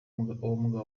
mugabo